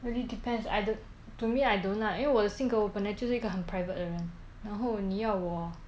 really depends either to me I don't lah 我的性格本来就是一个很 private 的人然后你要我